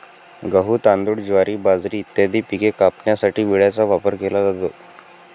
गहू, तांदूळ, ज्वारी, बाजरी इत्यादी पिके कापण्यासाठी विळ्याचा वापर केला जातो